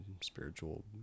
spiritual